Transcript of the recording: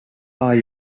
are